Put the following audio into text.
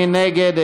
מי נגד?